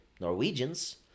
Norwegians